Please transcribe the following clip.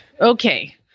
Okay